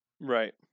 Right